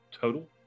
Total